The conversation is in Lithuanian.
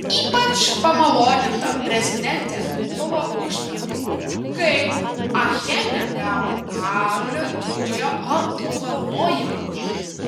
ypač pamaloninta prezidentė buvo užpernai kai achene gavo karolio didžiojo apdovanojimą